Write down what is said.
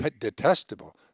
detestable